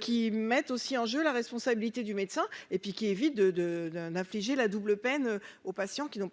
qui met aussi en jeu la responsabilité du médecin et puis qui évite de de d'un d'infliger la double peine aux patients qui n'ont pas